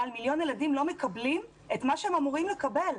יותר ממיליון ילדים לא מקבלים את מה שהם אמורים לקבל,